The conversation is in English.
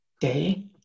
day